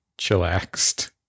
chillaxed